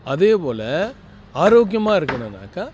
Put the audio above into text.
அதே போல் ஆரோக்கியமாக இருக்கணுன்னாக்க